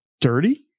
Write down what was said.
dirty